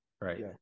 right